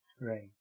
right